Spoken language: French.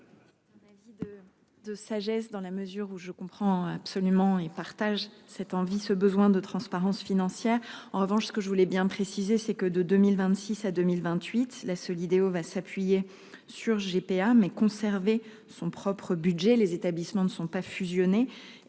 de. De sagesse dans la mesure où je comprends absolument et partage cette envie ce besoin de transparence financière. En revanche, ce que je voulais bien préciser, c'est que de 2026 à 2028 la Solideo va s'appuyer sur GPA mais conserver son propre budget, les établissements ne sont pas fusionner